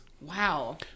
Wow